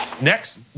Next